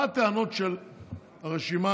מה הטענות של הרשימה